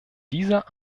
dieser